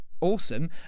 Awesome